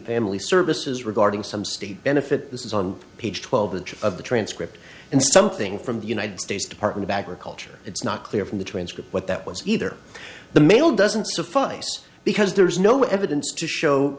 family services regarding some state benefit this is on page twelve of the transcript and something from the united states department of agriculture it's not clear from the transcript what that was either the mail doesn't suffice because there is no evidence to show